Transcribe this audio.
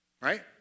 Right